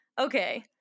okay